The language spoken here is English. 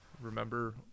Remember